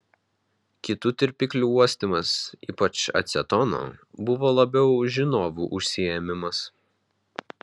kitų tirpiklių uostymas ypač acetono buvo labiau žinovų užsiėmimas